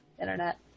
internet